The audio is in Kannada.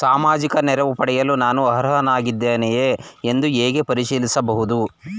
ಸಾಮಾಜಿಕ ನೆರವು ಪಡೆಯಲು ನಾನು ಅರ್ಹನಾಗಿದ್ದೇನೆಯೇ ಎಂದು ಹೇಗೆ ಪರಿಶೀಲಿಸಬಹುದು?